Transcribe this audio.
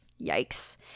Yikes